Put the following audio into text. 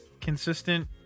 consistent